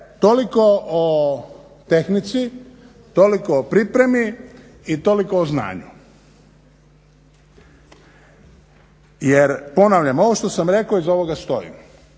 toliko o tehnici, toliko o pripremi i toliko o znanju. Jer ponavljam, ovo što sam rekao iza ovoga stojim.